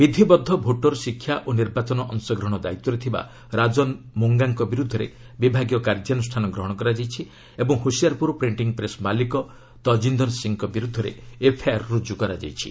ବିଧିବଦ୍ଧ ଭୋଟର୍ ଶିକ୍ଷା ଓ ନିର୍ବାଚନ ଅଂଶଗ୍ରହଣ ଦାୟିତ୍ୱରେ ଥିବା ରାଜନ୍ ମୋଙ୍ଗାଙ୍କ ବିରୁଦ୍ଧରେ ବିଭାଗୀୟ କାର୍ଯ୍ୟାନୁଷ୍ଠାନ ଗ୍ରହଣ କରାଯାଇଛି ଓ ହୋସିଆର୍ପୁର ପ୍ରିଣ୍ଟିଂ ପ୍ରେସ୍ ମାଲିକ ତଜିନ୍ଦର ସିଂହଙ୍କ ବିରୁଦ୍ଧରେ ଏଫ୍ଆଇଆର୍ ରୁଜୁ କରାଯାଇଛି